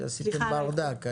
עשיתם ברדק.